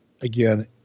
again